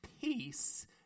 peace